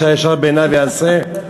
איש הישר בעיניו יעשה,